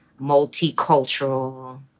multicultural